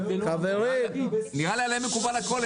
--- נראה לי שעליהם מקובל הכול,